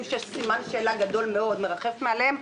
שסימן שאלה גדול מאוד מרחף מעליהם,